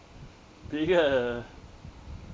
being a